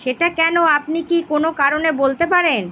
সেটা কেন আপনি কি কোনো কারণে বলতে পারেন